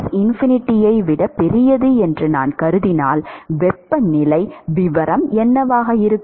Ts ∞யை விட பெரியது என்று நான் கருதினால் வெப்பநிலை விவரம் என்னவாக இருக்கும்